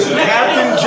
Captain